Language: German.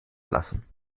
lassen